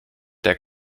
der